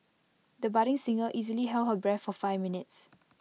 the budding singer easily held her breath for five minutes